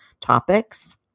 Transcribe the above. topics